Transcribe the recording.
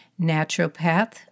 naturopath